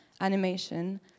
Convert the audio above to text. animation